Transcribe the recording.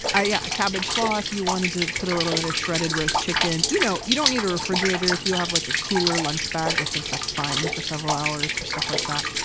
yeah. cabbage slaw if you wanted to put a little bit of shredded roast chicken you know you don't need a refrigerator if you have like a cooler lunch bag. i think that's fine for several hours for stuff like that.